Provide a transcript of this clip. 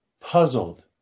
puzzled